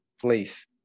place